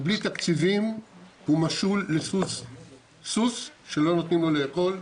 ובלי תקציבים הוא משול לסוס שלא נותנים לו לאכול,